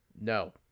No